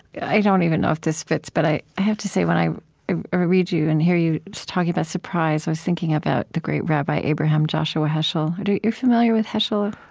i don't even know if this fits, but i have to say, when i read you and hear you talking about surprise, i was thinking about the great rabbi, abraham joshua heschel. do you are you familiar with heschel